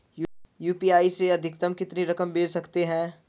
UPI से अधिकतम कितनी रकम भेज सकते हैं?